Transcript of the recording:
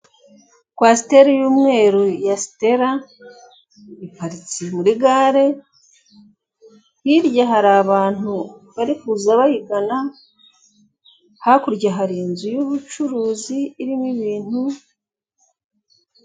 Kwasiteri y'umweru ya Siterara iparitse muri gare, hirya hari abantu bari kuza bayigana, hakurya hari inzu y'ubucuruzi irimo ibintu,...